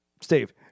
Steve